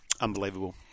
Unbelievable